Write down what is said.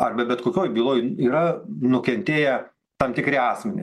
arba bet kokioj byloj yra nukentėję tam tikri asmenys